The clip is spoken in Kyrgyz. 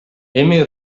эми